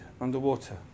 underwater